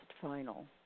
final